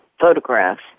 photographs